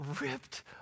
ripped